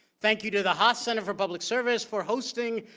thank you to the haas center for public service for hosting,